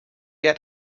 yet